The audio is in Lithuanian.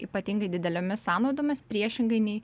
ypatingai didelėmis sąnaudomis priešingai nei